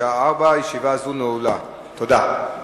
לדיון מוקדם בוועדת החינוך,